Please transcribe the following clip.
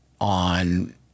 on